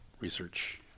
Research